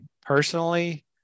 personally